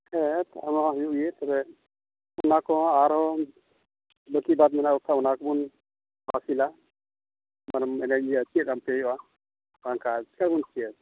ᱦᱮᱸ ᱚᱱᱟᱢᱟ ᱦᱩᱭᱩᱜ ᱜᱮ ᱛᱚᱵᱮ ᱚᱱᱟ ᱠᱚᱦᱚᱸ ᱟᱨᱚ ᱵᱟᱹᱠᱤ ᱵᱟᱫᱽ ᱢᱮᱱᱟᱜ ᱠᱚ ᱠᱷᱟᱡ ᱚᱱᱟ ᱠᱚᱵᱚᱱ ᱦᱟᱥᱤᱞᱟ ᱢᱟᱱᱮ ᱪᱮᱫ ᱟᱯᱮ ᱦᱩᱭᱩᱜᱼᱟ ᱵᱟᱝᱠᱷᱟᱡ ᱪᱤᱠᱟᱹ ᱵᱚᱱ ᱪᱮᱫᱟ